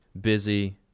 busy